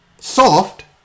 soft